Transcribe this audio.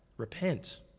Repent